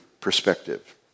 perspective